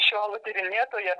šiolų tyrinėtoja